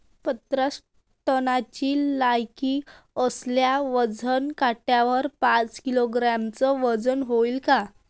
पन्नास टनची लायकी असलेल्या वजन काट्यावर पाच किलोग्रॅमचं वजन व्हईन का?